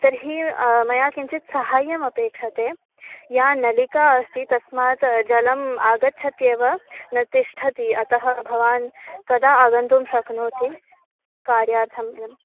तर्हि मया किञ्चित् साहाय्यमपेक्षते या नलिका अस्ति तस्मात् जलम् आगच्छत्येव न तिष्ठति अतः भवान् कदा आगन्तुं शक्नोति कार्यार्थम् इदम्